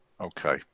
Okay